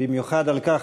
במיוחד על כך,